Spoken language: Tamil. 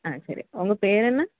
ஆ சரி உங்கள் பேர் என்ன